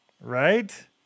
Right